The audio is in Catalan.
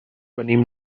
venim